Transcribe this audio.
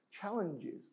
challenges